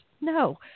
No